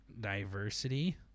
Diversity